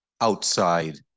outside